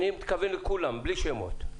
אני מתכוון לכולם, בלי שמות.